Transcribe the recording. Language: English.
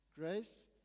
Grace